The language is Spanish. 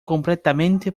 completamente